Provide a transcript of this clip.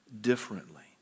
differently